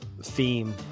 Theme